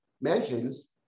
mentions